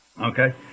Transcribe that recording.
Okay